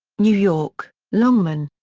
new york longman.